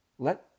Let